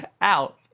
out